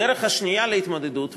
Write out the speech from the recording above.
הדרך השנייה להתמודדות,